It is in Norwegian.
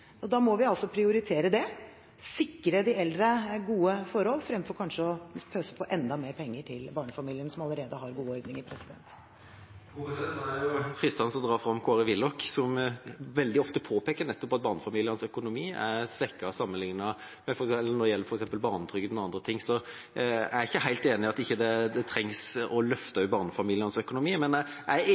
Da må vi altså prioritere det, sikre de eldre gode forhold fremfor kanskje å pøse på med enda mer penger til barnefamiliene, som allerede har gode ordninger. Det blir oppfølgingsspørsmål – først Kjell Ingolf Ropstad. Da er det fristende å dra fram Kåre Willoch, som veldig ofte påpeker at nettopp barnefamilienes økonomi er svekket når det gjelder f.eks. barnetrygden og andre ting. Jeg er ikke helt enig i at vi ikke også trenger å løfte barnefamilienes økonomi, men jeg